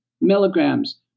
milligrams